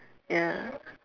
ya